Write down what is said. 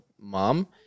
mom